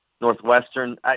Northwestern